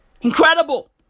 Incredible